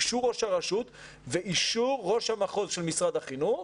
אישור ראש הרשות ואישור ראש המחוז של משרד החינוך